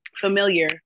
familiar